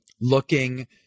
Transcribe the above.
looking